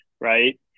right